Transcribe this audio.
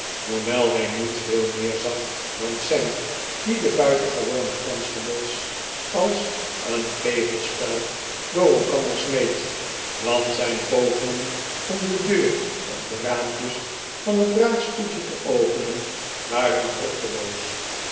hoewel hij niet veel meer zag dan sam die de buitengewone constables als een kegelspel door elkander smeet want zijn pogingen om de deur of de raampjes van het draagstoeltje te openen waren